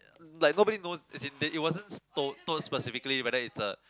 like nobody knows as in that it wasn't told told specifically but then it's a